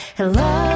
Hello